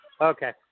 Okay